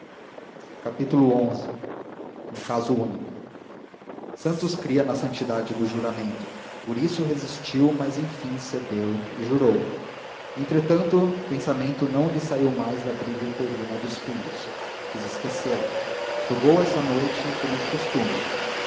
senhor xi um caso único santos cria na santidade do juramento por isso resistiu mas enfim cedeu e jurou entretanto o pensamento não lhe saiu mais da briga uterina dos filhos quis esquecê-la jogou essa noite como de costume